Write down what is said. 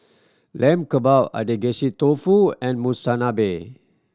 Lamb Kebab Agedashi Dofu and Monsunabe